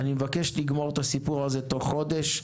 אני מבקש לגמור את הסיפור הזה תוך חודש.